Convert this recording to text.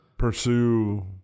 pursue